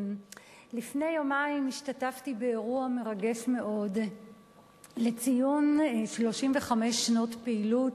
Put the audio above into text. לפני יומיים השתתפתי באירוע מרגש מאוד לציון 35 שנות פעילות